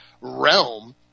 realm